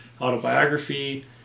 autobiography